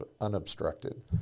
unobstructed